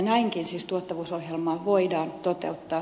näinkin siis tuottavuusohjelmaa voidaan toteuttaa